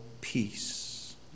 peace